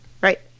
right